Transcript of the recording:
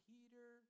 Peter